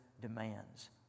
demands